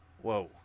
whoa